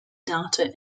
data